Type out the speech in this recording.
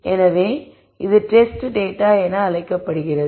எனவே இது test data என்று அழைக்கப்படுகிறது